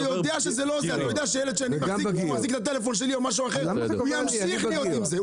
אתה יודע שהילד שלי מחזיק את הטלפון שלי --- הוא ימשיך להיות עם זה.